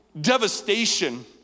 devastation